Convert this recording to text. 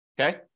Okay